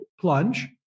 plunge